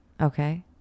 Okay